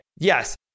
Yes